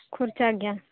ᱠᱷᱚᱨᱪᱟ ᱜᱮᱭᱟ